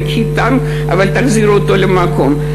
תיקחי טנק אבל תחזירי אותו למקום.